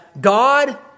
God